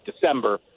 December